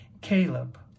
Caleb